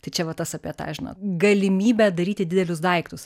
tai čia va tas apie tą žinot galimybę daryti didelius daiktus